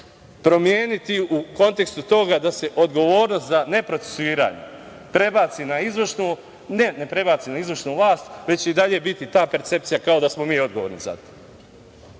promeniti u kontekstu toga da se odgovornost za neprocesuiranje prebaci na izvršnu, već će i dalje biti ta percepcija kao da smo mi odgovorni za